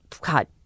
god